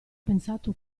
pensato